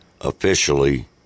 officially